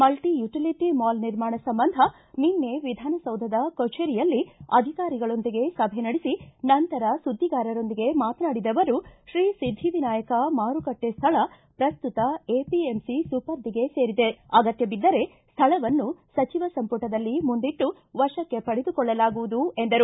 multi utility mall ನಿರ್ಮಾಣ ಸಂಬಂಧ ನಿನ್ನೆ ವಿಧಾನಸೌಧದ ಕಚೇರಿಯಲ್ಲಿ ಅಧಿಕಾರಿಗಳೊಂದಿಗೆ ಸಭೆ ನಡೆಸಿ ನಂತರ ಸುದ್ದಿಗಾರರೊಂದಿಗೆ ಮಾತನಾಡಿದ ಅವರು ತ್ರೀ ಒದ್ದಿವಿನಾಯಕ ಮಾರುಕಟ್ಟೆ ಸ್ಥಳ ಪ್ರಸ್ತುತ ಎಪಿಎಂಸಿ ಸುಪರ್ಧಿಗೆ ಸೇರಿದೆ ಅಗತ್ತಬಿದ್ದರೆ ಸ್ಥಳವನ್ನು ಸಚಿವ ಸಂಪುಟದಲ್ಲಿ ಮುಂದಿಟ್ಟು ವಶಕ್ಕೆ ಪಡೆದುಕೊಳ್ಳಲಾಗುವುದು ಎಂದರು